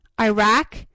Iraq